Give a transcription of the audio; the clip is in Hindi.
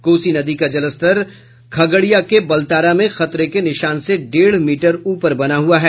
कोसी नदी का जलस्तर खगड़ियार के बलतारा में खतरे के निशान से डेढ़ मीटर ऊपर बना हुआ है